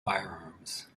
firearms